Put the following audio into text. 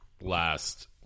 last